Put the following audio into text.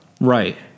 Right